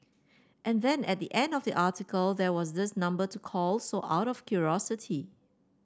and then at the end of the article there was this number to call so out of curiosity